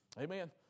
amen